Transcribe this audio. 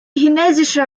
chinesische